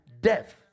death